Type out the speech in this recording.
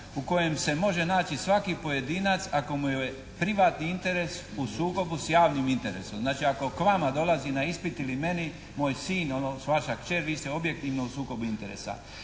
u kojem se može naći svaki pojedinac ako mu je privatni interes u sukobu s javnim interesom. Znači ako k vama dolazi na ispit ili meni moj sin, odnosno vaša kćer vi ste objektivno u sukobu interesa.